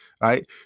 Right